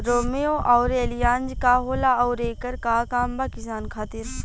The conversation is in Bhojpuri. रोम्वे आउर एलियान्ज का होला आउरएकर का काम बा किसान खातिर?